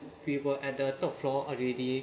people at the top floor already